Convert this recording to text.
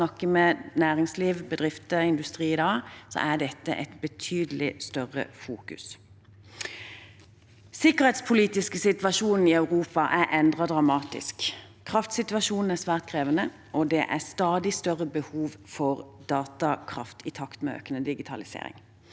ute og snakker med næringsliv, bedrifter og industri, opplever jeg at dette har et betydelig større fokus. Den sikkerhetspolitiske situasjonen i Europa er endret dramatisk. Kraftsituasjonen er svært krevende, og det er stadig større behov for datakraft i takt med økende digitalisering.